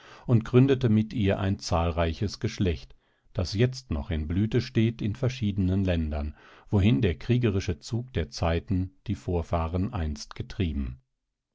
und gründete mit ihr ein zahlreiches geschlecht das jetzt noch in blüte steht in verschiedenen ländern wohin der kriegerische zug der zeiten die vorfahren einst getrieben